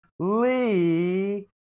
Lee